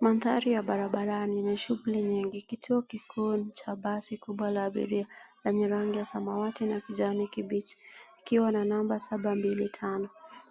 Mandhari ya barabara ni yenye shughuli nyingi. Kituo kikuu cha basi kubwa la abiria lenye rangi ya samawati na kijani kibichi, ikiwa na namba 725.